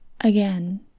again